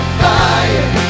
fire